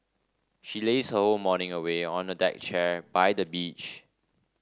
she lazed her whole morning away on a deck chair by the beach